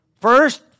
First